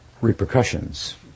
repercussions